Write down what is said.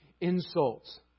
insults